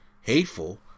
hateful